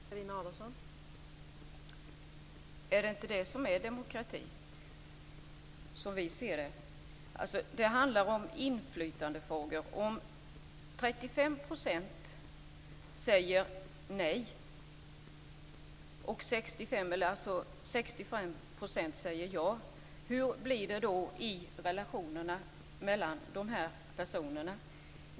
Fru talman! Är det inte det som är demokrati - åtminstone som vi ser det? Det handlar om inflytandefrågor. Om 35 % säger nej och 65 % säger ja, hur blir det då i relationerna mellan de här personerna?